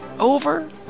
Over